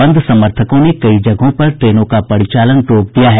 बंद समर्थकों ने कई जगहों पर ट्रेनों का परिचालन रोक दिया है